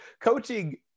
Coaching